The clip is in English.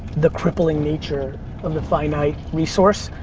the crippling nature of the finite resource.